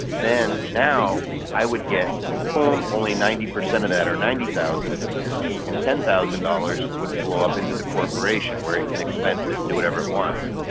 then now i would get boom only ninety percent of that or ninety thousand and ten thousand dollars would flow up into the corporation where it can expense it and do whatever it wants.